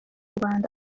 rwanda